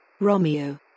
Romeo